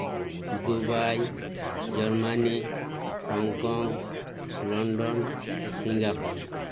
Dubai Germany Hong Kong London Singapore